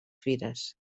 fires